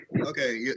Okay